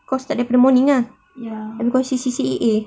kau start daripada morning ah abeh kau C_C_A